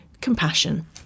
compassion